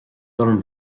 orm